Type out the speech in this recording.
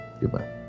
goodbye